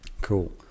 Cool